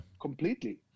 Completely